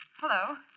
Hello